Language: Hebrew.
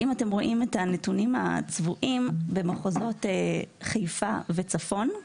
הנתונים הצבועים במחוזות חיפה וצפון,